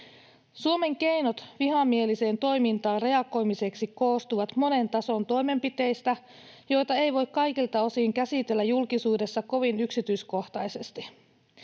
Suomen keinot vihamieliseen toimintaan reagoimiseksi koostuvat monen tason toimenpiteistä, joita ei voi kaikilta osin käsitellä julkisuudessa kovin yksityiskohtaisesti.